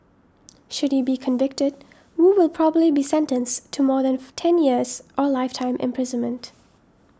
should he be convicted Wu will probably be sentenced to more than ten years or lifetime imprisonment